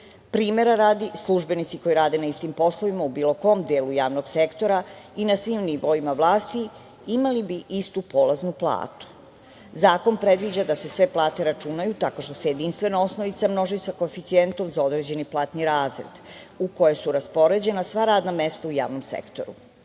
vlasti. Primera radi, službenici koji rade na istim poslovima u bilo kom delu javnog sektora i na svim nivoima vlasti imali bi istu polaznu platu. Zakon predviđa da se sve plate računaju tako što se jedinstvena osnovica množi sa koeficijentom za određeni platni razred u koje su raspoređena sva radna mesta u javnom sektoru. Da